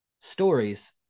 stories